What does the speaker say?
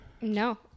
no